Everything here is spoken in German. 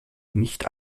nicht